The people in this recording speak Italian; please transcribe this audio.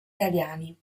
italiani